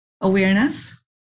awareness